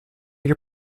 your